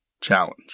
challenge